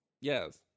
yes